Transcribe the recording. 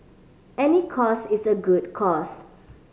any cause is a good cause